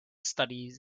studies